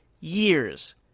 years